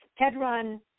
Pedron